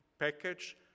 package